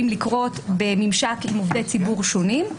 לקרות בממשק עם עובדי ציבור שונים,